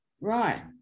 Right